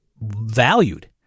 valued